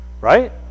Right